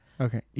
Okay